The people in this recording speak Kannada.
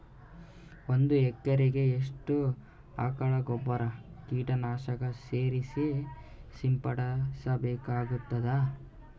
ಒಂದು ಎಕರೆಗೆ ಎಷ್ಟು ಆಕಳ ಗೊಬ್ಬರ ಕೀಟನಾಶಕ ಸೇರಿಸಿ ಸಿಂಪಡಸಬೇಕಾಗತದಾ?